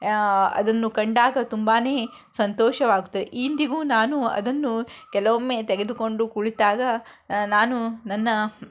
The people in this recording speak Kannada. ಅದನ್ನು ಕಂಡಾಗ ತುಂಬಾ ಸಂತೋಷವಾಗುತ್ತದೆ ಇಂದಿಗೂ ನಾನು ಅದನ್ನು ಕೆಲವೊಮ್ಮೆ ತೆಗೆದುಕೊಂಡು ಕುಳಿತಾಗ ನಾನು ನನ್ನ